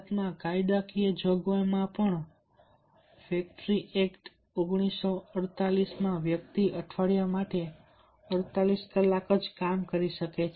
ભારતમાં કાયદાકીય જોગવાઈઓમાં પણ ઉદાહરણ તરીકે ફેક્ટરી એક્ટ 1948માં વ્યક્તિ અઠવાડિયા માટે 48 કલાક કામ કરી શકે છે